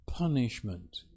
punishment